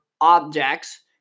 objects